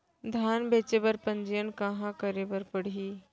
धान बेचे बर पंजीयन कहाँ करे बर पड़ही?